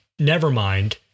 Nevermind